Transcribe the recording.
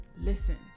Listen